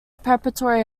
preparatory